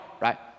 right